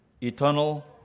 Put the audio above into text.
eternal